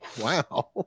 wow